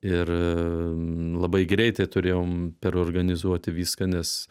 ir labai greitai turėjom perorganizuoti viską nes